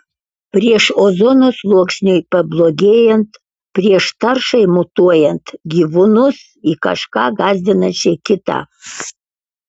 prieš ozono sluoksniui pablogėjant prieš taršai mutuojant gyvūnus į kažką gąsdinančiai kitą